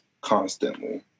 constantly